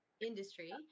industry